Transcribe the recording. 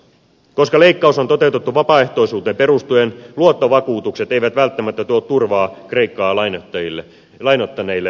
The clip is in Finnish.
koska leikkaus on toteutettu vapaaehtoisuuteen perustuen luottovakuutukset eivät välttämättä tuo turvaa kreikkaa lainoittaneille sijoittajille